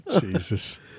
jesus